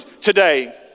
today